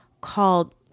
called